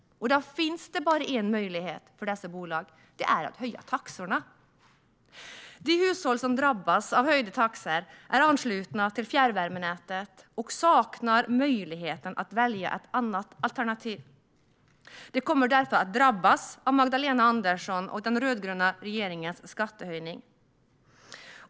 Då finns det bara en möjlighet för dessa bolag. Det är att höja taxorna. De hushåll som kommer att drabbas av höjda taxor är anslutna till fjärrvärmenätet och saknar möjlighet att välja ett annat alternativ. De kommer därför att drabbas av Magdalena Anderssons och den rödgröna regeringens skattehöjning.